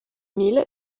mille